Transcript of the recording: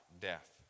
death